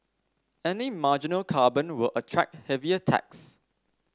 any marginal carbon will attract heavier tax